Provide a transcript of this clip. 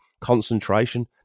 Concentration